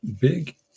Big